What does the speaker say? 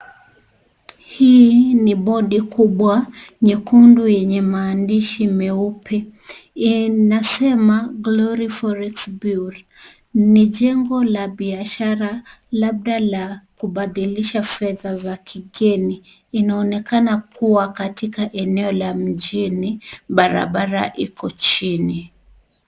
Hii ni bodi kubwa nyekundu yenye maandishi meupe inasema Glory Forex Bureau, ni jengo la biashara labda la kubadilisha fedha za kigeni inaonekana kuwa katika eneo la mjini barabara iko chini.